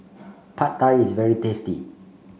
Pad Thai is very tasty